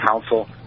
council